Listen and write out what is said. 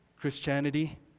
Christianity